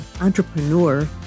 entrepreneur